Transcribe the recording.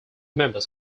members